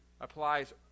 applies